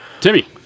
timmy